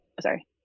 sorry